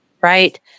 right